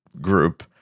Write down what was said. group